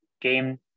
game